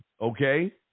okay